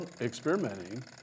experimenting